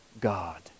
God